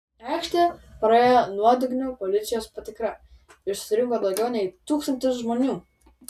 į aikštę praėję nuodugnią policijos patikrą susirinko daugiau nei tūkstantis žmonių